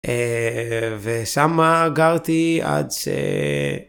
ושם גרתי עד ש...